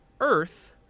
Earth